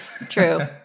True